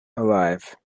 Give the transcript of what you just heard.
alive